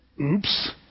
Oops